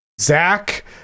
Zach